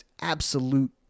absolute